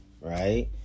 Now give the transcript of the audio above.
right